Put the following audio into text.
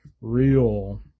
real